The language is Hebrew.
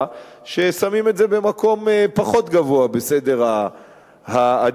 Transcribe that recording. ששמים את זה במקום פחות גבוה בסדר העדיפויות,